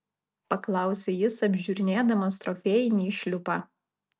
paklausė jis apžiūrinėdamas trofėjinį šliupą